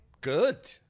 good